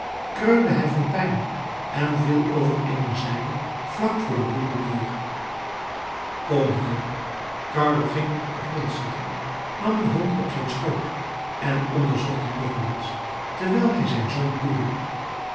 kreunde hij van pijn en viel over eene zijde vlak voor den hoepel neer kom hier carlo ging op den grond zitten nam den hond op zijn schoot en onderzocht hem nogmaals terwijl hij zijn zoon toeriep